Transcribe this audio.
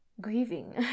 grieving